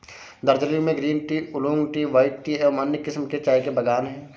दार्जिलिंग में green tea, oolong tea, white tea एवं अन्य किस्म के चाय के बागान हैं